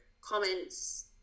comments